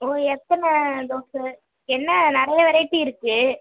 ஓ எத்தனை தோசை என்ன நிறையா வெரைட்டி இருக்குது